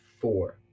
four